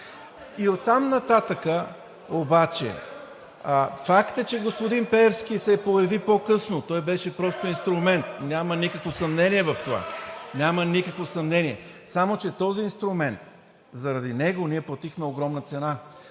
И оттам нататък обаче факт е, че господин Пеевски се появи по-късно, той беше просто инструмент, няма никакво съмнение в това. (Ръкопляскания от ДБ.) Няма никакво съмнение! Само че този инструмент, заради него ние платихме огромна цена,